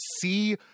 see